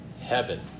heaven